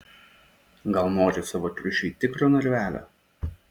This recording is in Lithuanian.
gal nori savo triušiui tikro narvelio